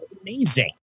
Amazing